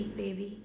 baby